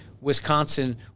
Wisconsin